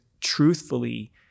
truthfully